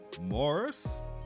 Morris